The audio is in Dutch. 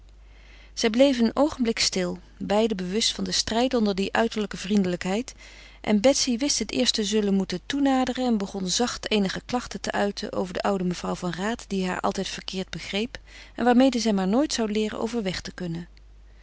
zij bleven een oogenblik stil beiden bewust van den strijd onder die uiterlijke vriendelijkheid en betsy wist het eerst te zullen moeten toenaderen en begon zacht eenige klachten te uiten over de oude mevrouw van raat die haar altijd verkeerd begreep en waarmede zij maar nooit zou leeren overweg te kunnen